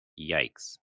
Yikes